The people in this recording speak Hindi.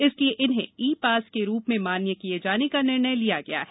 अत इन्हें ई पास के रूप में मान्य किये जाने का निर्णय लिया गया है